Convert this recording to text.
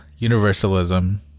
Universalism